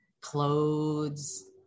clothes